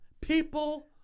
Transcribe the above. People